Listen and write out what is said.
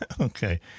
Okay